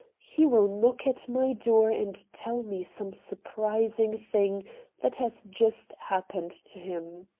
he will knock at my door and tell me some surprising thing that has just happened to him.